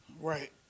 Right